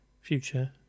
future